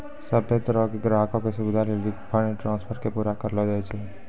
सभ्भे तरहो के ग्राहको के सुविधे लेली फंड ट्रांस्फर के पूरा करलो जाय छै